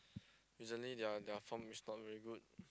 recently their their form is not very good